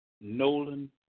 Nolan